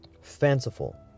fanciful